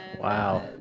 Wow